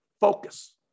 Focus